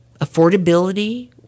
affordability